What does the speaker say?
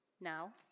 now